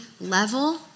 level